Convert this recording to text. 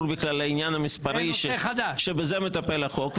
בכלל לעניין המספרי שבזה מטפל החוק.